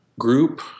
group